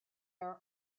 are